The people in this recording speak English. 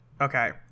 okay